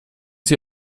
sie